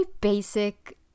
basic